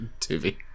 TV